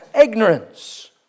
ignorance